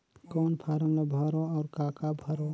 कौन फारम ला भरो और काका भरो?